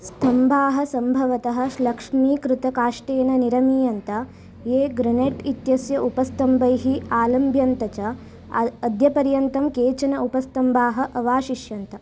स्तम्भाः सम्भवतः श्लक्ष्मीकृतकाष्ठेन निरमीयन्त ये ग्रनेट् इत्यस्य उपस्तम्भैः आलम्भ्यन्त च अल् अद्यपर्यन्तं केचन उपस्तम्भाः अवाशिष्यन्त